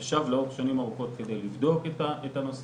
הוא ישב לאורך שנים ארוכות כדי לבדוק את הנושא,